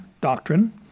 doctrine